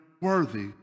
worthy